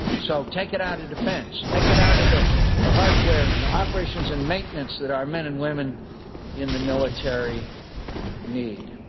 so take it out of defense, take it out of the the hardware and the operations and maintenance that our men and women in the military need.